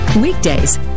weekdays